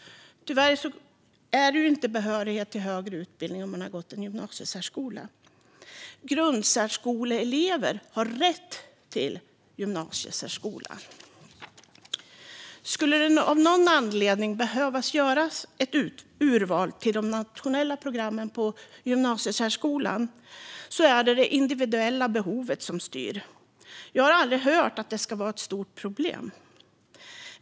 Tyvärr är man inte behörig till högre utbildning om man har gått gymnasiesärskola. Grundsärskoleelever har rätt till gymnasiesärskola. Om det av någon anledning behöver göras ett urval till de nationella programmen på gymnasiesärskolan är det det individuella behovet som styr. Jag har aldrig hört att det ska vara ett stort problem.